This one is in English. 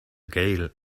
gale